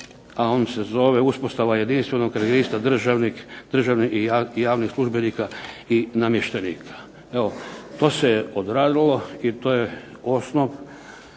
a on se zove "Uspostava jedinstvenog registra državnih i javnih službenika i namještenika". To se odradilo i to je osnov